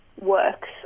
works